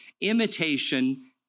imitation